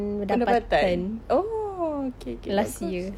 pendapatan oh okay okay bagus